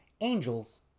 Angels